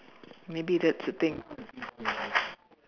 maybe that's the thing